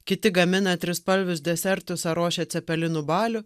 kiti gamina trispalvius desertus ar ruošia cepelinų balių